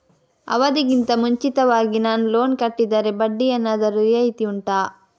ಅವಧಿ ಗಿಂತ ಮುಂಚಿತವಾಗಿ ನಾನು ಲೋನ್ ಕಟ್ಟಿದರೆ ಬಡ್ಡಿ ಏನಾದರೂ ರಿಯಾಯಿತಿ ಉಂಟಾ